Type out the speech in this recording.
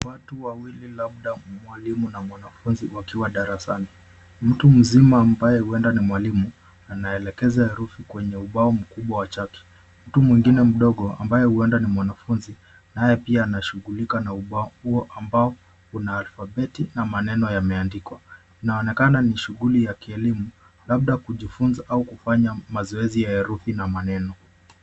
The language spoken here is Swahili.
Watu wawili labda mwalimu na mwanafunzi wakiwa darasani, mtu mzima ambaye huenda ni mwalimu anaelekeza herufi kwenye ubao mkubwa wa chaki ,mtu mwingine mdogo ambaye huenda ni mwanafunzi naye pia ana shugulika na ubao uo ambao una alfabeti na maneno yame andikwa. Inaonekana ni shughuli ya kielimu labda kujifunza au kufanya mazoezi ya herufi na maneno.